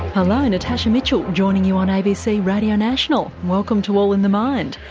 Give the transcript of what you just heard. hello, natasha mitchell joining you on abc radio national, welcome to all in the mind.